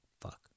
fuck